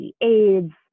AIDS